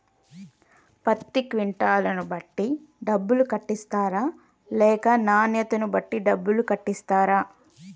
పత్తి క్వింటాల్ ను బట్టి డబ్బులు కట్టిస్తరా లేక నాణ్యతను బట్టి డబ్బులు కట్టిస్తారా?